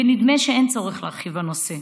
ונדמה שאין צורך להרחיב בנושא.